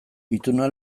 ituna